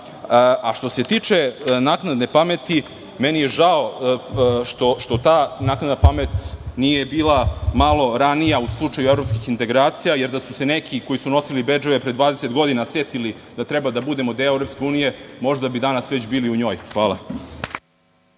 se tiče naknadne pameti, meni je žao što ta naknadna pamet nije bila malo ranija u slučaju evropskih integracija, jer da su se neki koji su nosili bedževe pre 20 godina setili da treba da budemo deo EU, možda bi danas već bili u njoj. Hvala.